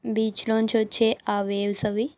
బీచ్లోంచి వచ్చే ఆ వేవ్స్ అవి